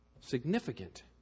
significant